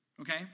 Okay